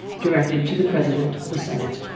directed to the president of the senate.